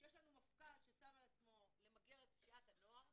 כשיש לנו מפכ"ל ששם על עצמו למגר את פשיעת הנוער,